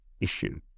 issue